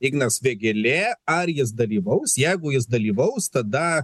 ignas vėgėlė ar jis dalyvaus jeigu jis dalyvaus tada